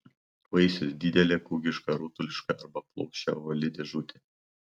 vaisius didelė kūgiška rutuliška arba plokščia ovali dėžutė